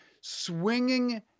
swinging